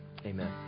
Amen